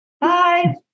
Bye